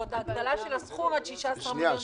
ועוד ההגדלה של הסכום עד 16 מיליון שקלים?